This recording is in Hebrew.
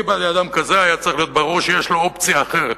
אליבא דאדם כזה היה צריך להיות ברור שיש לו אופציה אחרת,